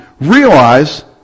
realize